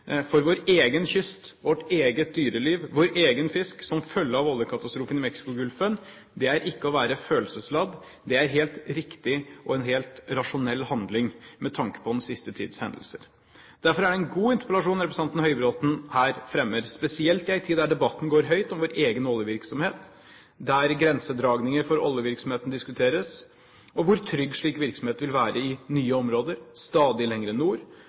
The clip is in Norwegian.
for vår egen kyst, vårt eget dyreliv, vår egen fisk, som følge av oljekatastrofen i Mexicogolfen, er ikke å være følelsesladd. Det er en helt riktig og helt rasjonell handling, med tanke på den siste tids hendelser. Derfor er det en god interpellasjon representanten Høybråten her fremmer, spesielt i en tid der debatten går høyt om vår egen oljevirksomhet, der grensedragninger for oljevirksomheten diskuteres, og hvor trygg slik virksomhet vil være i nye områder, stadig lenger nord.